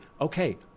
okay